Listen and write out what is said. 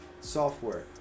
software